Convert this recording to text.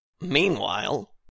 Meanwhile